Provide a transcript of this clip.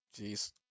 Jeez